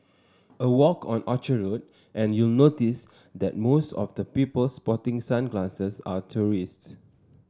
a walk on Orchard Road and you'll notice that most of the people sporting sunglasses are tourists